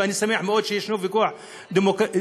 ושמח שיש לנו ויכוח אידיאולוגי,